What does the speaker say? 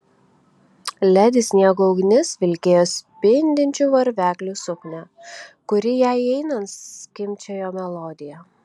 ledi sniego ugnis vilkėjo spindinčių varveklių suknią kuri jai einant skimbčiojo melodiją